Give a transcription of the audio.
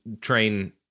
train